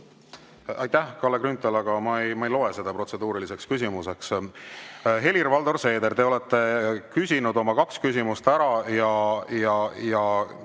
Aitäh, Kalle Grünthal, aga ma ei loe seda protseduuriliseks küsimuseks! Helir-Valdor Seeder, te olete küsinud oma kaks küsimust ära ja